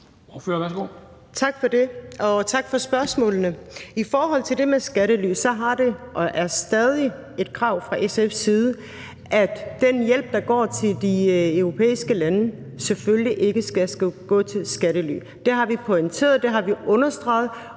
Tak for det, og tak for spørgsmålene. I forhold til det med skattely har det været og er stadig et krav fra SF's side, at den hjælp, der går til de europæiske lande, selvfølgelig ikke skal gå til skattely. Det har vi pointeret, det har vi understreget,